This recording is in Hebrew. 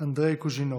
אנדרי קוז'ינוב.